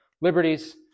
liberties